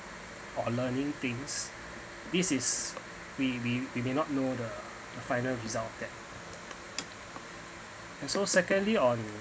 or learning things this is we we we may not know the the final result that and so secondly on